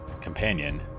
companion